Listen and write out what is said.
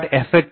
ஆகும்